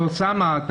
אוסאמה,